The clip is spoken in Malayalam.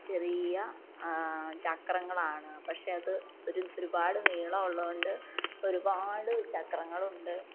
ചെറിയ ചക്രങ്ങളാണ് പക്ഷേ അത് ഒരു ഒരുപാട് നീളം ഉള്ളതുകൊണ്ട് ഒരുപാട് ചക്രങ്ങളുണ്ട്